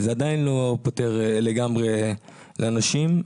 זה עדיין לא פותר לגמרי לאנשים.